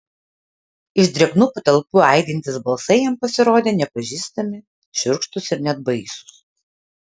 iš drėgnų patalpų aidintys balsai jam pasirodė nepažįstami šiurkštūs ir net baisūs